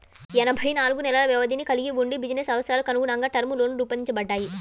ఎనభై నాలుగు నెలల వ్యవధిని కలిగి వుండి బిజినెస్ అవసరాలకనుగుణంగా టర్మ్ లోన్లు రూపొందించబడ్డాయి